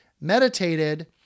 meditated